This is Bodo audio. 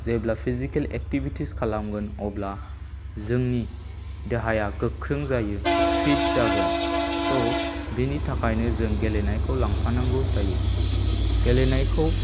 जेब्ला फिजिकेल एक्टिभिटिस खालामगोन अब्ला जोंनि देहाया गोख्रों जायो फिट जागोन ड' बिनि थाखायनो जों गेलेनायखौ लांफानांगौ जायो गेलेनायखौ